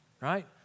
right